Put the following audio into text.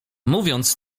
mówiąc